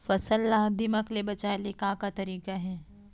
फसल ला दीमक ले बचाये के का का तरीका हे?